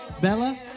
Bella